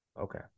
okay